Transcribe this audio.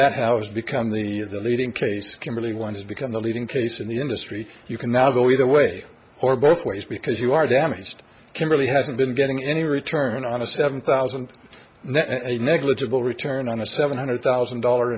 that house has become the leading case kimberly one has become the leading case in the industry you can now go either way or both ways because you are damaged can really hasn't been getting any return on a seven thousand net a negligible return on a seven hundred thousand dollar